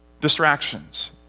distractions